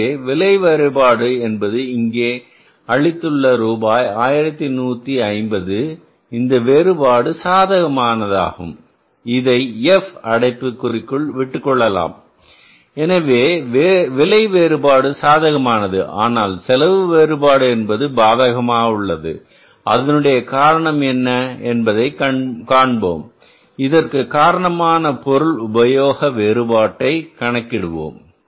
எனவே விலை வேறுபாடு என்பது இங்கே நாம் அளித்துள்ள ரூபாய் 1150 இந்த வேறுபாடு சாதகமாகும் இதை F அடைப்புக்குறிக்குள் விட்டுக்கொள்ளலாம் எனவே விலை வேறுபாடு சாதகமானது ஆனால் செலவு வேறுபாடு என்பது பாதகமாக உள்ளது அதனுடைய காரணம் என்ன என்பதை காண்போம் இதற்கு காரணமான பொருள் உபயோக வேறுபாட்டை கணக்கிடுவோம்